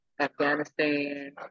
Afghanistan